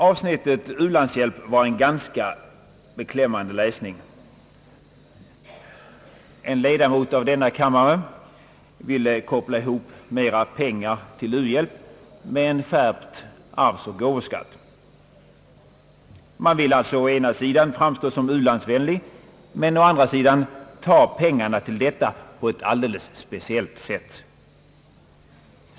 Avsnittet om u-landshjälp var en ganska beklämmande läsning. En ledamot av denna kammare ville koppla ihop mera pengar till u-landshjälp med en skärpt arvsoch gåvoskatt. Man vill alltså å ena sidan framstå som u-landsvänlig men å andra sidan ta pengarna till detta på ett alldeles speciellt sätt.